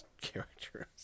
characters